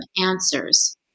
answers